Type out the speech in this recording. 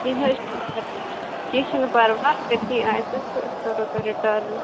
کیٚنٛہہ نَہ حظ چھُنہٕ کیٚنٛہہ چھُنہٕ پَرواے اگر کیٚنٛہہ آسیٚس تہٕ أسۍ کَرو تۄہہِ رِٹٲرٕنۍ